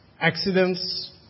accidents